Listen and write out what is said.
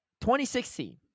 2016